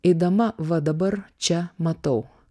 eidama va dabar čia matau